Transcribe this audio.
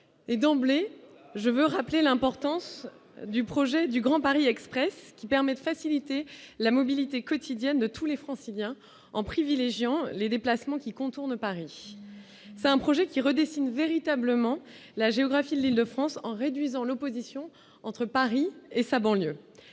et d'emblée, je veux rappeler l'importance du projet du Grand Paris Express qui permet de faciliter la mobilité quotidienne de tous les Franciliens, en privilégiant les déplacements qui contournent Paris, c'est un projet qui redessine véritablement la géographie, l'Île-de-France, en réduisant l'opposition entre Paris et sa banlieue,